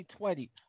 2020